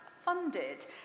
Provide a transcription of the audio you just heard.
funded